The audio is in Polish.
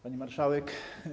Pani Marszałek!